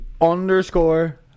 underscore